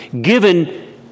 given